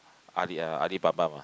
Ali uh Alibaba mah